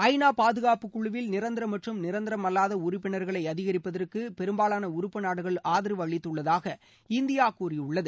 ஐ நா பாதுகாப்புக்குழுவில் நிரந்தர மற்றம் நிரந்தரம் அல்லாத உறுப்பினர்களை அதிகரிப்பதற்கு பெரும்பாலான உறுப்பு நாடுகள் ஆதரவு அளித்துள்ளதாக இந்தியா கூறியுள்ளது